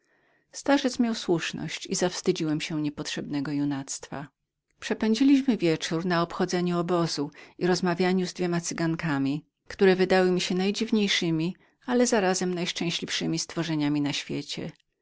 starzec miał słuszność i zawstydziłem się niepotrzebnej junakieryi przepędziliśmy wieczór na obchodzeniu obozu i rozmawianiu z dwoma cygankami które wydały mi się najdziwaczniejszemi ale zarazem najszczęśliwszemi stworzeniami w świecie